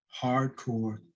hardcore